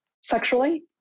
sexually